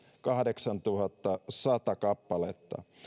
kahdeksantuhattasata kappaletta